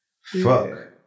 fuck